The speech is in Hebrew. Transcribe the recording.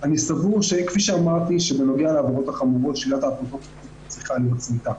אני סבור שבנוגע לעבירות החמורות שלילת האפוטרופסות צריכה להיות צמיתה.